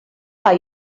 are